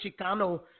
Chicano –